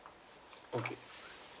okay